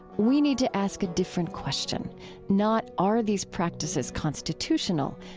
we need to ask a different question not are these practices constitutional,